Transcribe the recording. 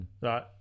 right